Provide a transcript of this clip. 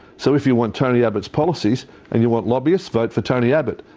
so if you want tony abbott's policies and you want lobbyists, vote for tony abbott.